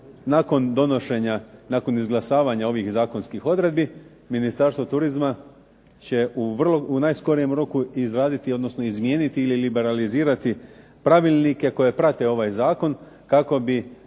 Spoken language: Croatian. nakon donošenja, nakon izglasavanja ovih zakonskih odredbi Ministarstvo turizma će u najskorijem roku izraditi, odnosno izmijeniti ili liberalizirati pravilnike koji prate ovaj zakon kako bi